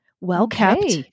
well-kept